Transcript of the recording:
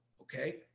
okay